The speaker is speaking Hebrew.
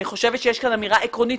אני חושבת שיש כאן אמירה עקרונית